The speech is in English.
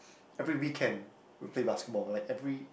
every weekend we play basketball like every